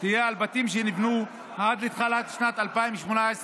תהיה על בתים שנבנו עד לתחילת שנת 2018,